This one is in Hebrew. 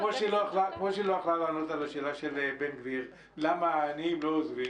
כמו שהיא לא יכלה לענות על השאלה של בן גביר למה עניים לא עוזבים,